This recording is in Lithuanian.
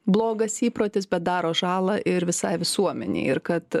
blogas įprotis bet daro žalą ir visai visuomenei ir kad